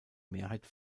mehrheit